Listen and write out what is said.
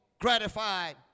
gratified